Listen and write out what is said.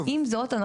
עם זאת,